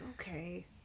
Okay